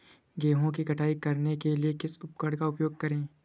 गेहूँ की कटाई करने के लिए किस उपकरण का उपयोग करें?